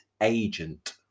agent